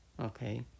Okay